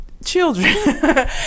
Children